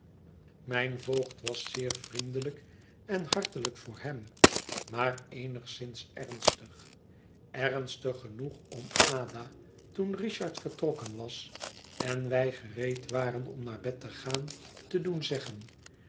mijn voogd was zeer vriendelijk en hartelijk voor hem maar eenigszins ernstig ernstig genoeg om ada toen richard vertrokken was en wij gereed waren om naar bed te gaan te doen zeggen